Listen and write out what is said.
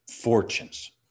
fortunes